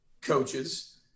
coaches